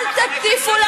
אתם יצאתם